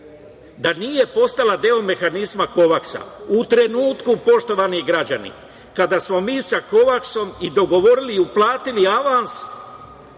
da nije postala deo mehanizma Kovaksa. U trenutku, poštovani građani kada smo mi sa Kovaksom i dogovorili, uplatili avans